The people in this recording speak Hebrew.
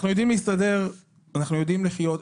אנחנו יודעים להסתדר ולחיות יחד,